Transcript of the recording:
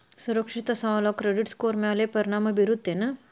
ಸುರಕ್ಷಿತ ಸಾಲ credit score ಮ್ಯಾಲೆ ಪರಿಣಾಮ ಬೇರುತ್ತೇನ್